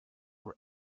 were